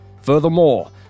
Furthermore